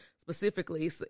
specifically